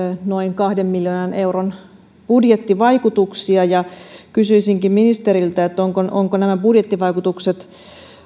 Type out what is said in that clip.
noin kahden miljoonan euron budjettivaikutuksia ja kysyisinkin ministeriltä onko nämä budjettivaikutukset